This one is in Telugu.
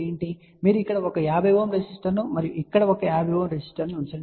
కాబట్టి మీరు ఇక్కడ ఒక 50 Ω రెసిస్టర్ను మరియు ఇక్కడ ఒక 50 Ω రెసిస్టర్ను ఉంచండి